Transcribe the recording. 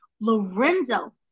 Lorenzo